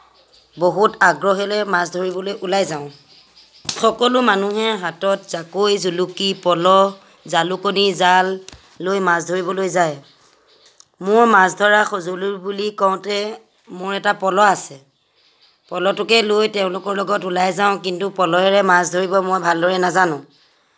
বহুত আগ্ৰহেৰে মাছ ধৰিবলৈ ওলাই যাওঁ সকলো মানুহে হাতত জাকৈ জুলুকী পল' জালুকণী জাল লৈ মাছ ধৰিবলৈ যায় মোৰ মাছ ধৰা সজুলি বুলি কওঁতে মোৰ এটা পল' আছে পল'টোকে লৈ তেওঁলোকৰ লগত ওলাই যাওঁ কিন্তু পলহেৰে মাছ ধৰিব মই ভালদৰে নাজানোঁ